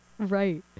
Right